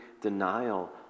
denial